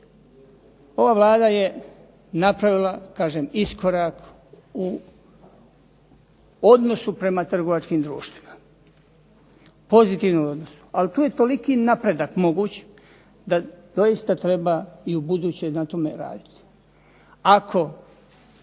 Ova Vlada je napravila, kažem iskorak u odnosu prema trgovačkim društvima, pozitivan. Ali tu je toliki napredak moguć da doista treba i ubuduće na tome raditi. Ako